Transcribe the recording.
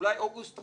אולי אוגוסט 2025,